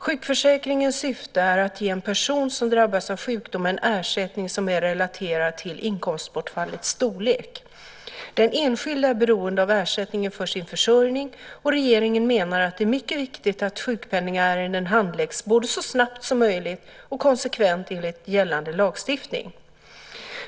Sjukförsäkringens syfte är att ge en person som drabbas av sjukdom en ersättning som är relaterad till inkomstbortfallets storlek. Den enskilde är beroende av ersättningen för sin försörjning, och regeringen menar att det är mycket viktigt att sjukpenningärenden handläggs både så snabbt som möjligt och konsekvent enligt gällande lagstiftning.